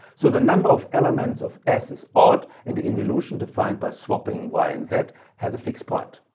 so the number of elements of s is odd and the involution defined by swapping y and z has a fixed point.